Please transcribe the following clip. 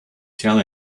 tell